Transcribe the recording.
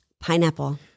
pineapple